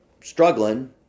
struggling